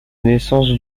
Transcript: naissance